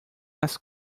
nas